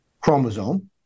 chromosome